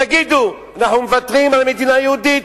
תגידו: אנחנו מוותרים על מדינה יהודית.